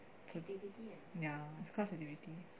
ya class activity